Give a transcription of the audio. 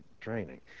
training